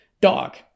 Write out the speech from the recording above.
dog